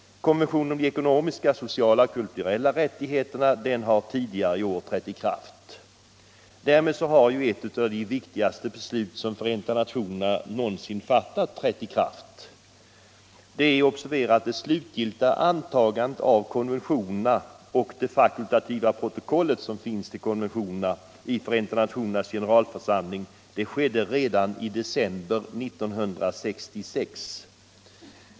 | Konventionen om ekonomiska, sociala och kulturella rättigheter har tidigare i år trätt i kraft. Därmed har ett av de viktigaste beslut som Förenta nationerna någonsin fattat förverkligats. Det är att observera att det slutgiltiga antagandet av konventionerna och det fakultativa protokollet i Förenta nationernas generalförsamling skedde redan i december 1966.